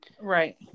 Right